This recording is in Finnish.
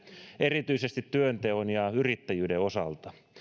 erityisesti työnteon ja yrittäjyyden osalta